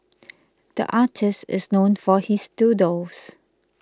the artist is known for his doodles